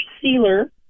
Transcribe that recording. sealer